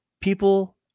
people